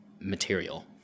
material